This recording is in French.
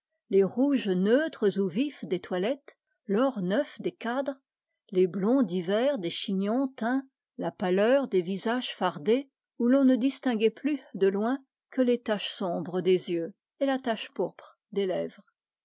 les rouges neutres ou vifs des toilettes l'or neuf des cadres les blonds divers des chevelures la pâleur des visages fardés où l'on ne distinguait de loin que les taches sombres des yeux et la tache pourpre des lèvres